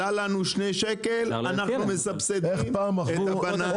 עלה להם שני שקלים אז הם מסבסדים את הבננה